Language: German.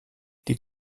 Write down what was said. die